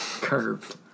Curved